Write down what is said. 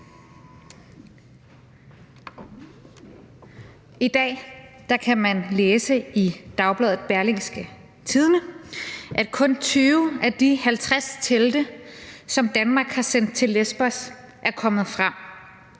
I dag kan man læse i dagbladet Berlingske, at kun 20 af de 50 telte, som Danmark har sendt til Lesbos, er kommet frem.